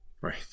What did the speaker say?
right